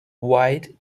white